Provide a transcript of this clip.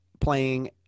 playing